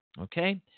Okay